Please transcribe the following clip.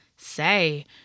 Say